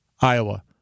Iowa